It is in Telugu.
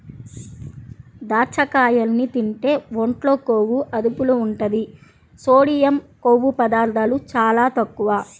దాచ్చకాయల్ని తింటే ఒంట్లో కొవ్వు అదుపులో ఉంటది, సోడియం, కొవ్వు పదార్ధాలు చాలా తక్కువ